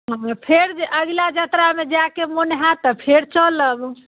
फेर जे अगला जतरामे जाएके मोन होएत तऽ फेर चलब